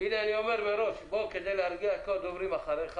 אני אומר מראש כדי להרגיע את כל הדוברים אחריך